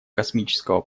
космического